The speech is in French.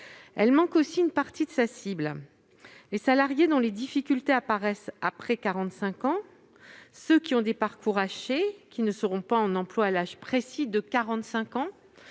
elle manque aussi une partie de sa cible : les salariés dont les difficultés apparaissent après 45 ans, ceux qui ont des parcours hachés et qui ne seront pas en emploi à l'âge précis de 45 ans.